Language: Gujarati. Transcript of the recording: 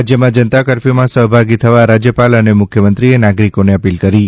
રાજયમાં જનતા કરફ્યુમાં સહભાગી થવા રાજયપાલ અને મુખ્યમંત્રીએ નાગરિકોને અપીલ કરી છે